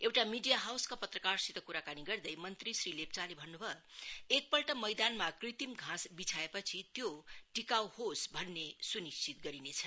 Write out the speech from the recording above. एउटा मिडिया हाउसका पत्रकारसित कुराकानी गर्दै मंत्री श्री लेप्चाले भन्नुभयो एकपल्ट मैदानमा कृत्रिम घाँस बिछाएपछि त्यो टिकाऊ होस् भन्ने सुनिश्चित गरिनेछ